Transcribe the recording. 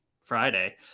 Friday